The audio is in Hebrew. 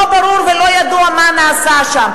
שלנו נפגעות, על זה לא מדברים.